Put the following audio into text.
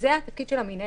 זה התפקיד של המינהלת,